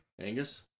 Angus